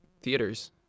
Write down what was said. theaters